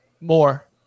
More